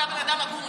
אתה בן אדם הגון.